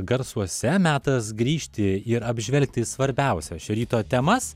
garsuose metas grįžti ir apžvelgti svarbiausias šio ryto temas